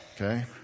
Okay